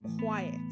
quiet